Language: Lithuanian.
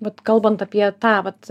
vat kalbant apie tą vat